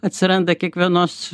atsiranda kiekvienos